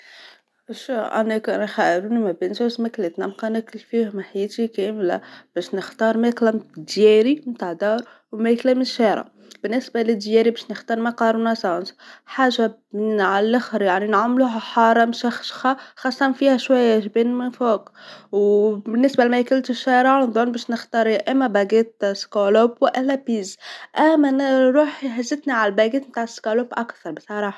شوف ماكلتنا نبقى نأكل فيها حياتي كاملة ، باش نختار ماكلة دياري نتاع دار وماكلة من الشارع ،بالنسبة لدياري بش نختار مقرونة صوص حاجة بنينة علخر نعملوها حارة مشخشخة خاصة فيها شوية جبن من فوق ،بالنسبة لماكلة الشارع نظن بش نختار اما باقيت سكالوب والا بيس ، أما انا لروحي اجتني على باقيت سكالوب أكثر صراحة